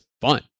fun